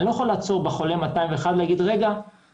אני לא יכול לעצור בחולה ה-201 כי נתתי ל-200 וזה מה שוועדת הסל חשבה,